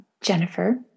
Jennifer